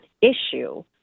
issue